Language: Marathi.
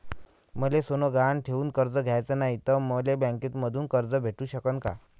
मले सोनं गहान ठेवून कर्ज घ्याचं नाय, त मले बँकेमधून कर्ज भेटू शकन का?